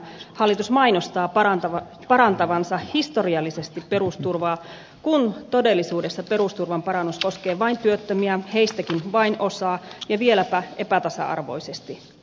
hallitus mainostaa parantavansa historiallisesti perusturvaa kun todellisuudessa perusturvan parannus koskee vain työttömiä heistäkin vain osaa ja vieläpä epätasa arvoisesti